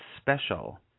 special